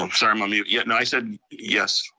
um sorry. i mean yeah, no, i said yes.